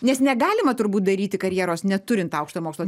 nes negalima turbūt daryti karjeros neturint aukštojo mokslo